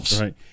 Right